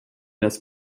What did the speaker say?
das